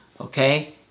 Okay